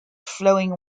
flowing